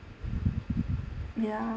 ya